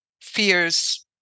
fears